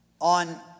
on